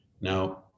Now